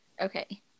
Okay